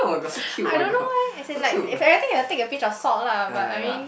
I don't know why as in like if anything you'll take a pinch of salt lah but I mean